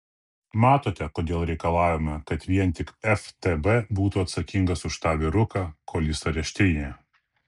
matote kodėl reikalavome kad vien tik ftb būtų atsakingas už tą vyruką kol jis areštinėje